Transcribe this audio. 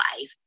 life